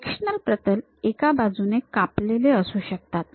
sectional प्रतल एका बाजूने कापलेले असू शकतात